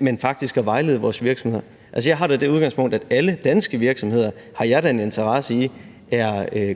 men faktisk for at få vejledning. Jeg har det udgangspunkt, at alle danske virksomheder har jeg da en interesse i